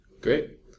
Great